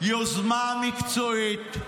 יוזמה מקצועית,